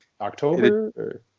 October